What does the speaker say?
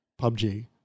PUBG